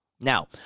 Now